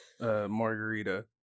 margarita